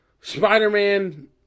Spider-Man